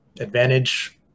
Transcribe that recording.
advantage